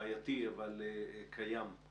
בעייתי וגם מתמשך.